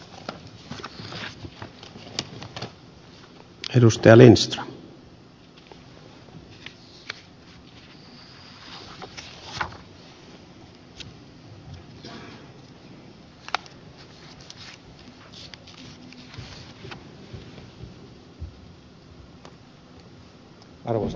arvoisa herra puhemies